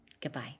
Goodbye